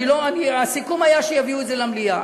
הסיכום היה שיביאו את זה למליאה.